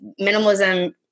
minimalism